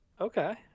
Okay